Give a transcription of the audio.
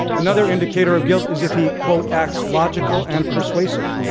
another indicator of guilt is if he, quote, acts logical and persuasive.